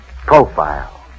Profile